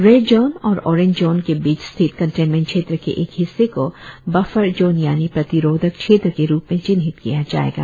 red zone और orange zone के बीच स्थित कंटेन्मेंट क्षेत्र के एक हिस्से को बफर जोन यानी प्रतिरोधक क्षेत्र के रूप में चिन्हित किया जाएगा